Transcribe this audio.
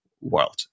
world